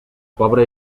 pobre